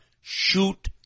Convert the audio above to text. shoot